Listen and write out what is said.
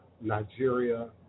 Nigeria